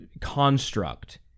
construct